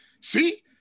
see